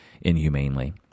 inhumanely